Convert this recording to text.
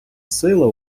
сила